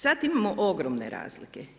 Sad imamo ogromne razlike.